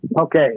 Okay